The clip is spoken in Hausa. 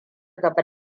gaba